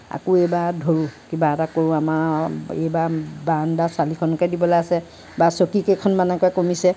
আকৌ এইবাৰত ধৰোঁ কিবা এটা কৰোঁ আমাৰ এইবাৰ বাৰাণ্ডাৰ চালিখনকে দিবলে আছে বা চকী কেইখনমানকে কমিছে